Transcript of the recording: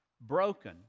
broken